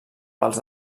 pels